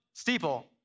Steeple